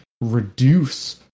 reduce